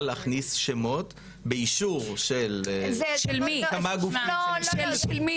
להכניס שמות באישור של כמה גופים של מי?